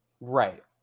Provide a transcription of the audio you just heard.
right